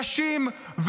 נשים,